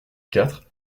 quatre